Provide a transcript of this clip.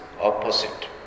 opposite